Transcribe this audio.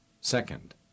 Second